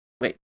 wait